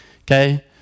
Okay